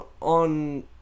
on